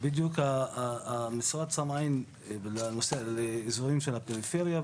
בדיוק המשרד שם עין על אזורים של הפריפריה,